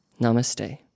Namaste